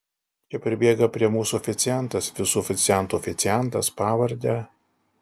čia pribėga prie mūsų oficiantas visų oficiantų oficiantas pavarde